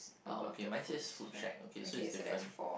uh oh okay mine says food shack okay so it's different